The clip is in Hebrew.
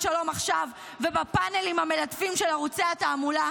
שלום עכשיו ובפאנלים המלטפים של ערוצי התעמולה,